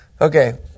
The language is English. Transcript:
Okay